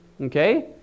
Okay